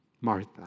Martha